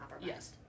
yes